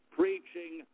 preaching